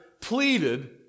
pleaded